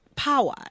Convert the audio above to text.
Power